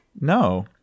no